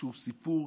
ואיזשהו סיפור.